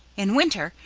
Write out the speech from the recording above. in winter,